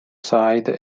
side